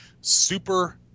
super